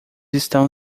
estão